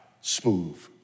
smooth